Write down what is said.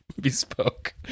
Bespoke